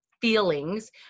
feelings